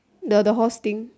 the the horse thing